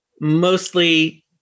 Mostly